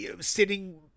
sitting